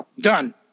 done